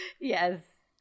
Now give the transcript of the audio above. Yes